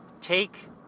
Take